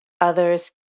Others